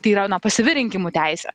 tai yra na pasyvi rinkimų teisė